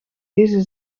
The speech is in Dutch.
deze